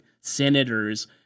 senators